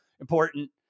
important